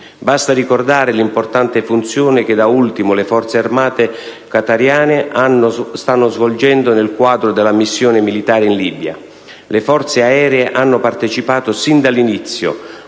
Basta ricordare l'importante funzione che da ultimo le Forze armate qatariane stanno svolgendo nel quadro della missione militare in Libia. Le forze aeree hanno partecipato sin dall'inizio